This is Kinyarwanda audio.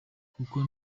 kuko